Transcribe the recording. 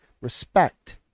respect